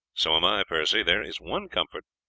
so am i, percy there is one comfort,